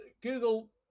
Google